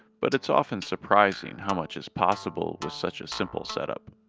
but it's often surprising how much is possible with such a simple setup